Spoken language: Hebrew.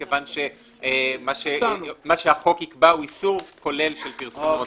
כי מה שהחוק יקבע הוא איסור כולל של פרסומות,